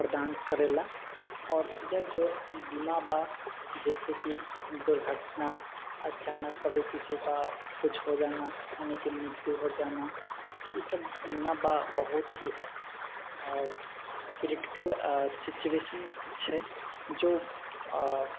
प्रदान करै ला आओर यह जो बीमा बा जइसेकि दुर्घटना अचानक कभी किसी का किछु हो जाना यानीकि मृत्यु हो जाना ईसब ने बा बहुत ही क्रिटिकल सिचुएशन छै जो